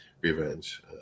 Revenge